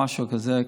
משהו כזה,